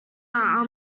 are